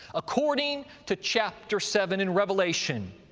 according to chapter seven in revelation,